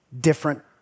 different